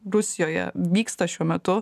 rusijoje vyksta šiuo metu